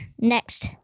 next